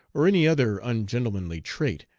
or any other ungentlemanly trait,